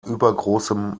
übergroßem